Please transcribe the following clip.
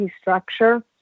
structure